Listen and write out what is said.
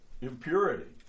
impurity